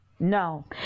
No